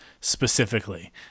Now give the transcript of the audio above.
specifically